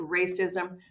racism